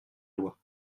lois